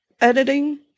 editing